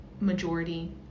majority